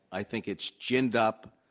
i think it's ginned up.